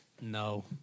No